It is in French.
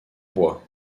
bois